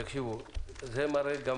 תקשיבו, זה מראה גם